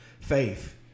faith